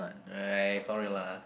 alright sorry lah